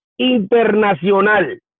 internacional